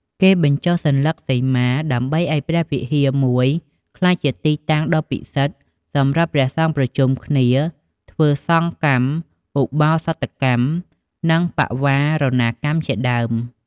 គេបញ្ចុះសន្លឹកសីមា ដើម្បីឱ្យព្រះវិហារមួយ ក្លាយជាទីតាំងដ៏ពិសិដ្ឋ សម្រាប់ព្រះសង្ឃប្រជុំគ្នា ធ្វើសង្ឃកម្មឧបោសថកម្ម និងបវារណាកម្មជាដើម។